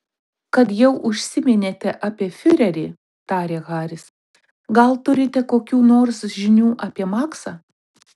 kad jau užsiminėte apie fiurerį tarė haris gal turite kokių nors žinių apie maksą